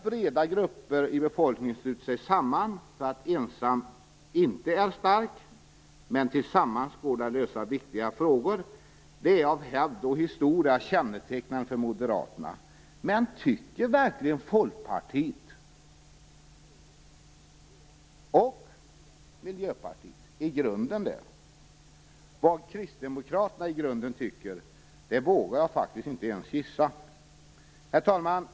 Breda grupper i befolkningen kan sluta sig samman därför att ensam inte är stark, och därför att det tillsammans går att lösa viktiga problem. Att vara motståndare till detta är av hävd och historia kännetecknande för Moderaterna. Men tycker verkligen Folkpartiet och Miljöpartiet i grunden detta? Vad Kristdemokraterna i grunden tycker vågar jag inte ens gissa. Herr talman!